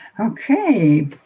Okay